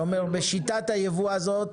אתה אומר שבשיטת הייבוא הזאת,